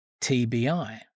TBI